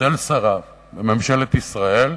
אצל שריו וממשלת ישראל,